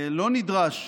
לא נדרש